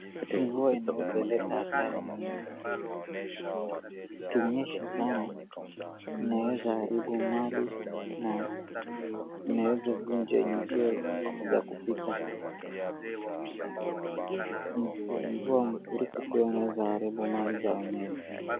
Mvua inaeza leta hasara nyingi kukinyesha sana inaeza haribu mali na inaeza vunja njia za kupita. Mvua pia inaeza haribu mali za wenyewe